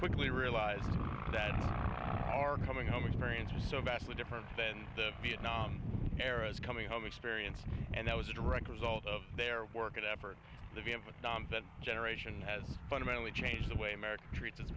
quickly realized that are coming home experiences so vastly different than the vietnam era is coming home experience and that was a direct result of their work and effort the vietnam vets generation has fundamentally changed the way america treats